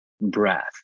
breath